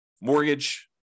mortgage